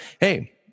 Hey